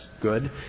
good